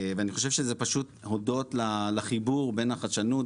ואני חושב שזה פשוט אודות לחיבור בין החדשנות,